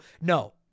no